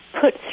put